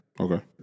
Okay